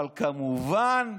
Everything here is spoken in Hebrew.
אבל כמובן,